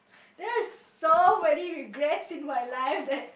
there is so many regrets in my life that